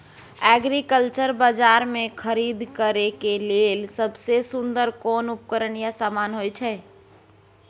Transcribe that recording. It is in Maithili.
एग्रीकल्चर बाजार में खरीद करे के लेल सबसे सुन्दर कोन उपकरण या समान होय छै?